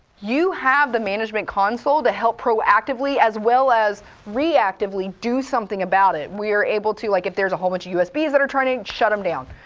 you have the management console to help proactively, as well as reactively do something about it. we are able to, like if there's a whole bunch of usbs that are turning, shut them down.